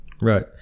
right